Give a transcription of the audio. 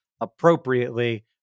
appropriately